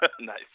Nice